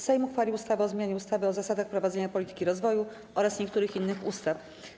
Sejm uchwalił ustawę o zmianie ustawy o zasadach prowadzenia polityki rozwoju oraz niektórych innych ustaw.